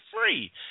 free